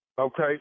Okay